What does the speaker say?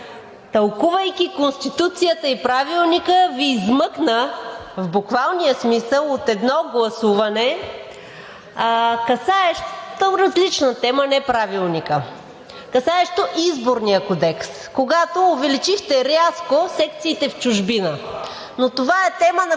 тълкувайки Конституцията и Правилника, Ви измъкна в буквалния смисъл от едно гласуване, касаещо различна тема, не Правилника, касаещо Изборния кодекс, когато рязко увеличихте секциите в чужбина. Но това е тема, на